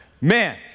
Man